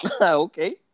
Okay